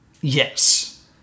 Yes